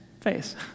face